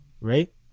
Right